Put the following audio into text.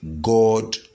God